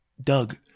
Doug